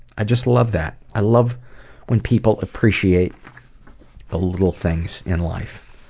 i just love that. i love when people appreciate the little things in life.